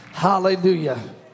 Hallelujah